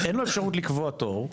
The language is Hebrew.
אין לו אפשרות לקבוע תור,